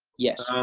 yes.